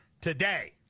today